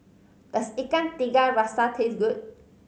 does Ikan Tiga Rasa taste good